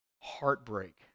heartbreak